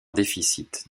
déficit